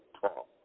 talk